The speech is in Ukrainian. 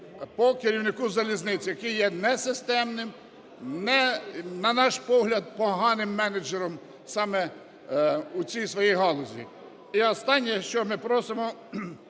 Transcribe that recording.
по керівнику залізниці, який є несистемним, на наш погляд, поганим менеджером у цій своїй галузі. І останнє, що ми просимо,